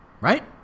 right